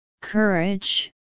courage